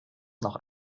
noch